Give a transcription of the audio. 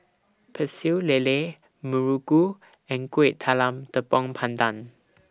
Pecel Lele Muruku and Kuih Talam Tepong Pandan